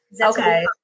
okay